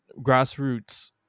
grassroots